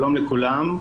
שלום לכולם.